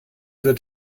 wird